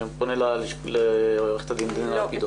אני פונה לעורכת הדין דינה לפידות.